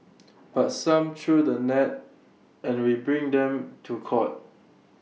but some through the net and we bring them to court